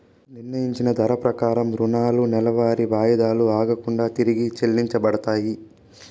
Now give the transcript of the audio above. నిర్ణయించిన ధర ప్రకారం రుణాలు నెలవారీ వాయిదాలు ఆగకుండా తిరిగి చెల్లించబడతాయి